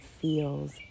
feels